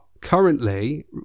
currently